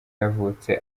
yavutse